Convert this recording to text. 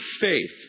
faith